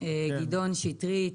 גדעון שטרית,